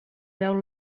veu